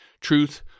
truth